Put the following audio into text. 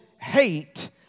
hate